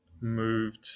moved